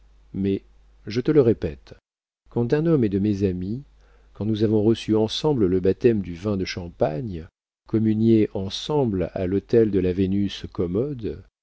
mais je te le répète quand un homme est de mes amis quand nous avons reçu ensemble le baptême du vin de champagne communié ensemble à l'autel de la vénus commode